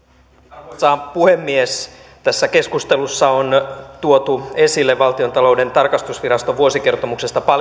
arvoisa puhemies tässä keskustelussa on tuotu esille valtiontalouden tarkastusviraston vuosikertomuksesta paljon